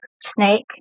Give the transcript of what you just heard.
snake